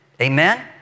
Amen